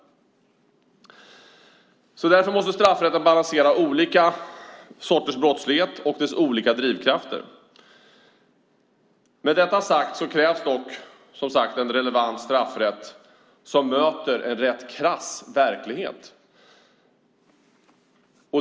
Därför måste straffrätten balansera olika sorters brottslighet och dess olika drivkrafter. Med detta sagt krävs det dock en relevant straffrätt som möter en rätt krass verklighet.